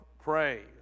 praise